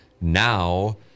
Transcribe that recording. Now